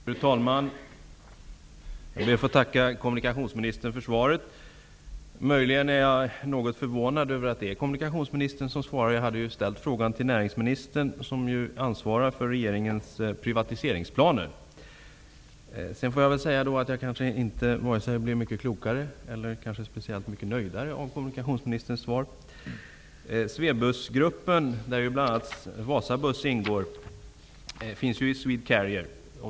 Fru talman! Jag ber att få tacka kommunikationsministern för svaret. Möjligen är jag något förvånad över att det är kommunikationsministern som svarar. Jag hade ställt frågan till näringsministern, som ju ansvarar för regeringens privatiseringsplaner. Jag får väl säga att jag inte blev vare sig mycket klokare eller speciellt mycket nöjdare av kommunikationsministerns svar. Swebusgruppen, där bl.a. Wasabuss ingår, finns inom Swedcarrier.